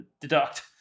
deduct